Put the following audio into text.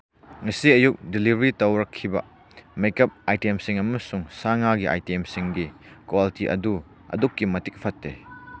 ꯉꯁꯤ ꯑꯌꯨꯛ ꯗꯤꯂꯤꯚꯔꯤ ꯇꯧꯔꯛꯍꯤꯕ ꯃꯦꯀꯞ ꯑꯥꯏꯇꯦꯝꯁꯤꯡ ꯑꯃꯁꯨꯡ ꯁꯥ ꯉꯥꯒꯤ ꯑꯥꯏꯇꯦꯝꯁꯤꯡꯒꯤ ꯀ꯭ꯋꯥꯂꯤꯇꯤ ꯑꯗꯨ ꯑꯗꯨꯛꯀꯤ ꯃꯇꯤꯛ ꯐꯠꯇꯦ